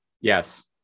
Yes